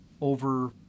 over